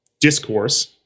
discourse